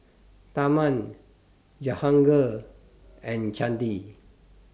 Tharman Jehangirr and Chandi